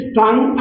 tongue